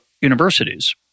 universities